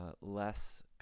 less